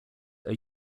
are